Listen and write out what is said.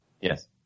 Yes